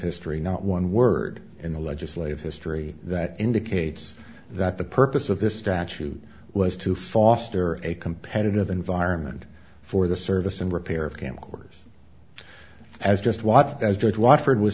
history not one word in the legislative history that indicates that the purpose of this statute was to foster a competitive environment for the service and repair of camcorders as just watch as